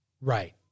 Right